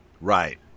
Right